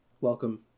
Welcome